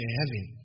heaven